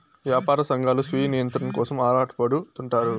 యాపార సంఘాలు స్వీయ నియంత్రణ కోసం ఆరాటపడుతుంటారు